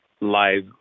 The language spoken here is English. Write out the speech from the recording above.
live